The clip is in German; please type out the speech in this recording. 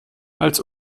als